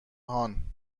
هان